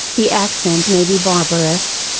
the accent may be barbarous,